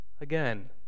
again